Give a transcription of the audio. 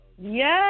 Yes